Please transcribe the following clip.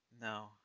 No